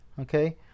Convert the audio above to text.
Okay